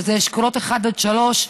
שזה אשכולות 1 עד 3,